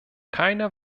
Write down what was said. keine